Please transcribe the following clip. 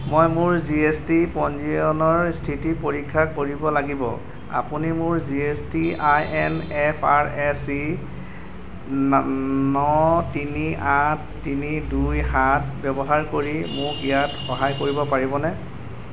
মই মোৰ G S T পঞ্জীয়নৰ স্থিতি পৰীক্ষা কৰিব লাগিব আপুনি মোৰ G S T I N F R S C ন তিনি আঠ তিনি দুই সাত ব্যৱহাৰ কৰি মোক ইয়াত সহায় কৰিব পাৰিবনে